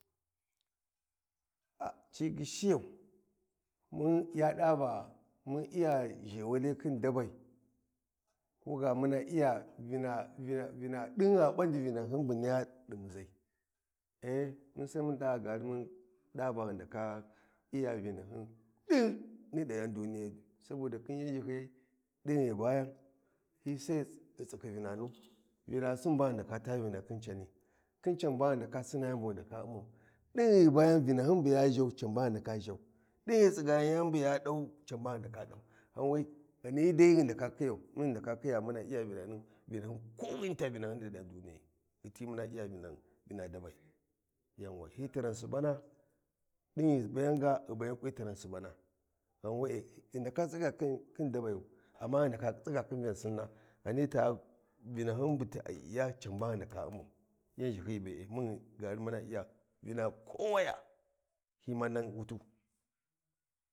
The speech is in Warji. ci gyishiya mun ya ɗaa va mun Iya ʒhewali khin davai, ko ga muna Iya ɗin gha ɓandi Vinahin bu niya di muʒai mun sai mun ɗaa gali mun ɗa van ghi ndaka Iya vinahin ɗin ni da ghan duniyai, saboda khin yan ʒhaliyai alin ghi ghu bayan hi sai ghi tsikhi vinanu, vinasin ba ghi ndaka taa vinahi khin cani, khin can ba ghi ndaka Sina yam ghi ndaka U’mau, din ghi ghu bayan Vinahin bu ya ʒhau ba ghi ndaka ʒhau, din ghi ghu tsigayan yani buya ɗan can ba ghi ndaka ɗan, ghan we, ghani dai ghi ndaka khiyau mun ghi ndaka khiya muni Iya vananu, vinahin ni kowini ni di ghau duniyai ghi ti muna Iya vina dabai, hi tiran subana din ghi ghu bayanga hi tirau, hi tiran sabana din ghi ghu bayanga hi tiran Subana ghau we’e ghi ndaka tsiga khin dabayu, amma ghi ndaka tsiga khin Vyan Sina ghani ta Vi nahin bu a Iya can ba ghi ndaka U’mau, yar ʒhaliyi be’e mun gali muna Iya Vina kowayo hi ma nan wutu.